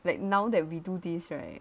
like now that we do this right